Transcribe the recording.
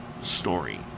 story